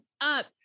up